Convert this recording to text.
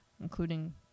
including